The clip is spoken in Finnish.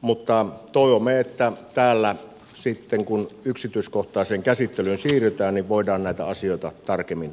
mutta toivomme että täällä sitten kun yksityiskohtaiseen käsittelyyn siirrytään voidaan näitä asioita tarkemmin avata